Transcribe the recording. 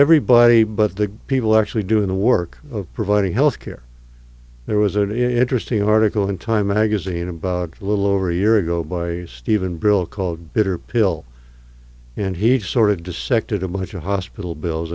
everybody but the people actually doing the work of providing health care there was an interesting article in time magazine about a little over a year ago by steven brill called bitter pill and he sort of deceptive much a hospital bills